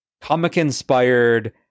comic-inspired